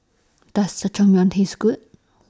Does Jajangmyeon Taste Good